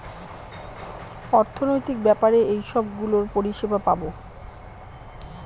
অর্থনৈতিক ব্যাপারে এইসব গুলোর পরিষেবা পাবো